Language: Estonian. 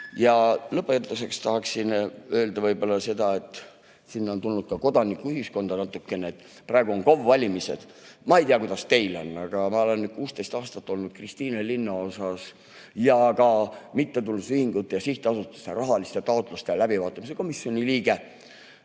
Lõpetuseks tahan öelda seda, et sinna on tulnud ka kodanikuühiskonda natukene sisse. Praegu on KOV‑ide valimised. Ma ei tea, kuidas teil on, aga ma olen 16 aastat olnud Kristiine linnaosas ja ka mittetulundusühingute ja sihtasutuste rahaliste taotluste läbivaatamise komisjoni liige.